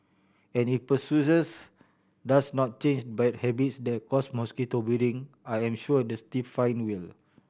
and if persuasions does not change bad habits that cause mosquito breeding I am sure a stiff fine will